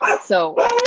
So-